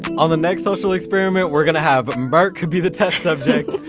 on the next social experiment we are going to have merk be the test subject,